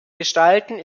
gestalten